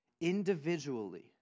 individually